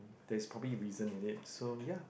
there's probably reason in it so ya